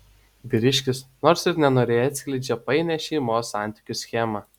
vyriškis nors ir nenoriai atskleidžia painią šeimos santykių schemą